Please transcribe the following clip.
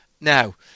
Now